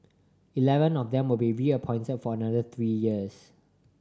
eleven of them will be reappointed for another three years